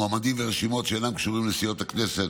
מועמדים ורשימות שאינם קשורים לסיעות הכנסת,